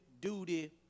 duty